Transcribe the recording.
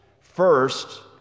First